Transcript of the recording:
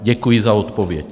Děkuji za odpověď.